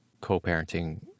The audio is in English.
co-parenting